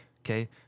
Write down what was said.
Okay